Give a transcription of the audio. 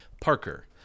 Parker